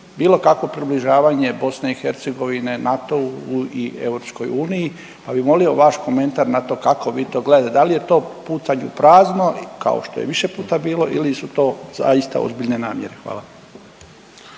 bilo kakvo približavanje BiH NATO-u i EU pa bih molio vaš komentar na to kako vi to gledate, da li je to pucanj u prazno kao što je više puta bilo ili su to zaista ozbiljne namjere? Hvala.